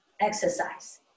exercise